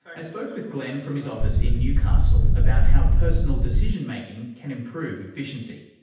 i spoke with glenn from his office in newcastle about how personal decision making can improve efficiency.